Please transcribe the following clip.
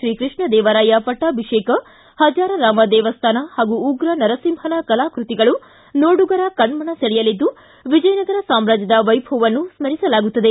ಶ್ರೀಕೃಷ್ಣದೇವರಾಯ ಪಟ್ಟಾಭಿಷೇಕ ಹಜಾರರಾಮ ದೇವಸ್ಥಾನ ಹಾಗೂ ಉಗ್ರ ನರಸಿಂಹನ ಕಲಾಕೃತಿಗಳು ನೋಡುಗರ ಕಣ್ಣನ ಸೆಳೆಯಲಿದ್ದು ವಿಜಯನಗರ ಸಾಮ್ರಾಜ್ಯದ ವೈಭವವನ್ನು ಸ್ಮರಿಸಲಾಗುತ್ತದೆ